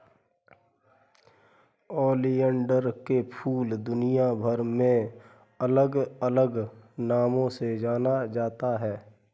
oleander के फूल दुनियाभर में अलग अलग नामों से जाना जाता है